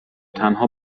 تنها